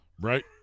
Right